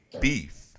beef